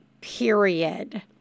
period